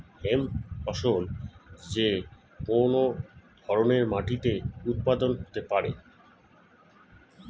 hemp ফসল যে কোন ধরনের মাটিতে উৎপাদন হতে পারে